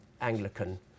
Anglican